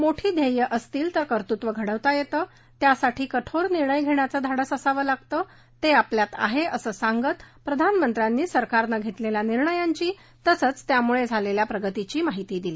मोठी ध्येयं असतील तर कर्तृत्व घडवता येतं त्यासाठी कठोर निर्णय घेण्याचं धाडस असावं लागतं ते आपल्यात आहे असं सांगत प्रधानमंत्र्यांनी सरकारनं घेतलेल्या निर्णयांची तसंच त्यामुळे झालेल्या प्रगतीची माहिती दिली